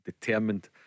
determined